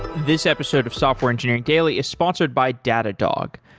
this episode of software engineering daily is sponsored by datadog.